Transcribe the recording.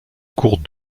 cours